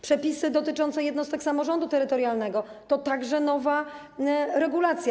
Przepisy dotyczące jednostek samorządu terytorialnego to także nowa regulacja.